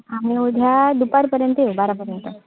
आम्ही उद्या दुपारपर्यंत येऊ बारापर्यंत